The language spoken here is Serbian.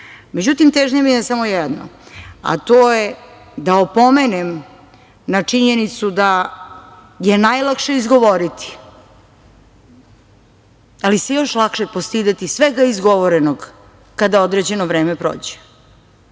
međutim težnja mi je samo jedna, a to je da opomenem na činjenicu da je najlakše izgovoriti, ali se još lakše postideti svega izgovorenog kada određeno vreme prođe. Ko